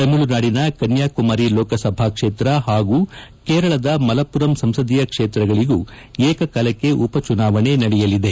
ತಮಿಳುನಾಡಿನ ಕನ್ಯಾಕುಮಾರಿ ಲೋಕಸಭಾ ಕ್ಷೇತ್ರ ಹಾಗೂ ಕೇರಳದ ಮಲಪುರಂ ಸಂಸದೀಯ ಕ್ಷೇತ್ರಗಳಿಗೂ ಏಕಕಾಲಕ್ಷೆ ಉಪಚುನಾವಣೆ ನಡೆಯಲಿದೆ